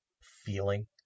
feeling